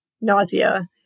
nausea